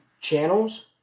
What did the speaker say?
channels